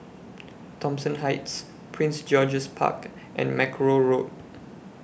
Thomson Heights Prince George's Park and Mackerrow Road